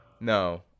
No